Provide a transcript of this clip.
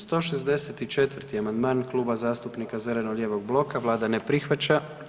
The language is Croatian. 164. amandman, Klub zastupnika zeleno-lijevog bloka, Vlada ne prihvaća.